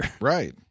Right